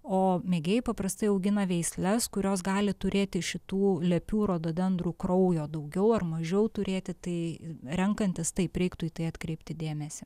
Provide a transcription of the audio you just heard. o mėgėjai paprastai augina veisles kurios gali turėti šitų lepių rododendrų kraujo daugiau ar mažiau turėti tai renkantis taip reiktų į tai atkreipti dėmesį